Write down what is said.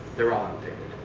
they're all updated.